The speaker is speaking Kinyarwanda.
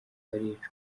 baricwa